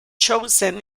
chosen